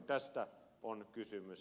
tästä on kysymys